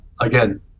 Again